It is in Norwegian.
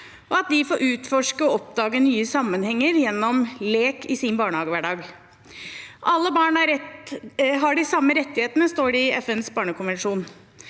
og at de får utforske og oppdage nye sammenhenger gjennom lek i sin barnehagehverdag. Alle barn har de samme rettighetene, står det i FNs barnekonvensjon.